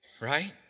right